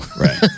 Right